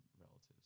relatives